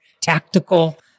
tactical